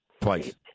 Twice